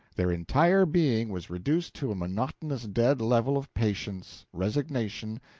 their entire being was reduced to a monotonous dead level of patience, resignation,